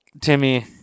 Timmy